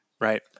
Right